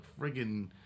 friggin